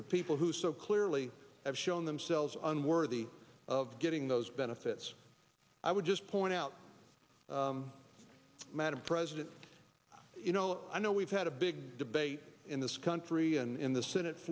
to people who so clearly have shown themselves unworthy of getting those benefits i would just point out madam president you know i know we've had a big debate in this country and in the senate